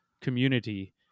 community